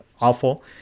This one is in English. awful